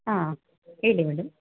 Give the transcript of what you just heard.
ಹಾಂ ಹೇಳಿ ಮೇಡಮ್